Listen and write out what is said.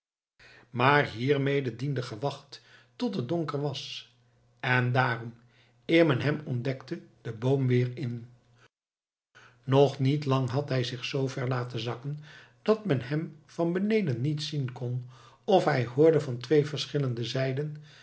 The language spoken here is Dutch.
maar hiermede diende gewacht tot het donker was en daarom eer men hem ontdekte den boom weer in nog niet lang had hij zich zoo ver laten zakken dat men hem van beneden niet zien kon of hij hoorde van twee verschillende zijden